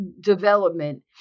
development